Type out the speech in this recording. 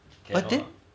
but then